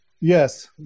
Yes